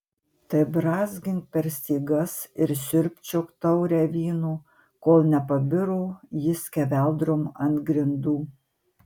tai brązgink per stygas ir siurbčiok taurę vyno kol nepabiro ji skeveldrom ant grindų